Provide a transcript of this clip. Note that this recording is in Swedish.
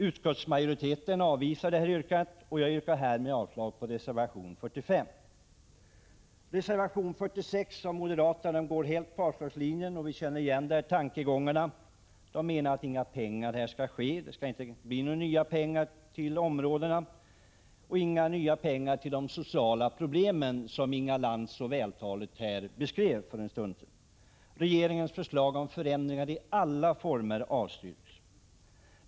Utskottsmajoriteten avvisar det yrkandet, och jag yrkar härmed avslag på reservation 45. Reservation 46 av moderaterna går på avslagslinjen. Vi känner väl igen 95 deras tankegångar. Moderaterna menar att inga nya pengar skall utgå till de här områdena och inga nya pengar till de sociala problem som Inga Lantz så vältaligt beskrev för en stund sedan. Regeringens förslag om förändringar i alla former avstyrks.